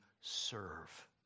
serve